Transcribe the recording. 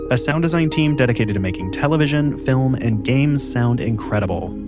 a sound design team dedicated to making television, film and games sound incredible.